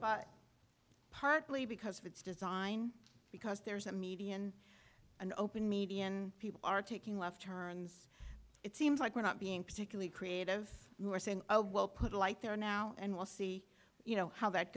l partly because of its design because there's a median and open median people are taking left turns it seems like we're not being particularly creative who are saying oh well put a light there now and we'll see you know how that